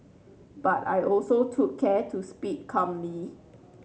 but I also took care to speak calmly